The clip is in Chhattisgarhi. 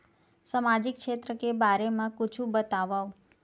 सामाजिक क्षेत्र के बारे मा कुछु बतावव?